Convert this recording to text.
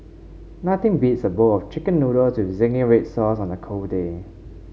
nothing beats a bowl of chicken noodles with zingy red sauce on a cold day